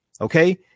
Okay